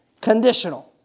Conditional